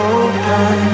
open